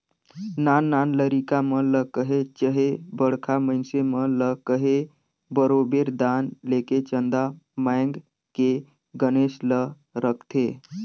नान नान लरिका मन ल कहे चहे बड़खा मइनसे मन ल कहे बरोबेर दान लेके चंदा मांएग के गनेस ल रखथें